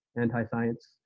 anti-science